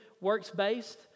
works-based